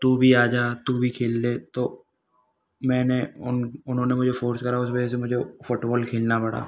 तू भी आजा तू भी खेल ले तो मैंने उन उन्होंने मुझे फ़ोर्स करा उस वजह से मुझे फ़ुटवॉल खेलना पड़ा